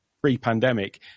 pre-pandemic